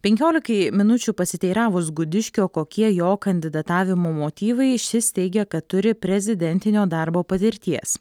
penkiolikai minučių pasiteiravus gudiškio kokie jo kandidatavimo motyvai šis teigia kad turi prezidentinio darbo patirties